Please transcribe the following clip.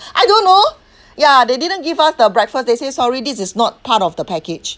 I don't know ya they didn't give us the breakfast they say sorry this is not part of the package